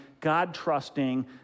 God-trusting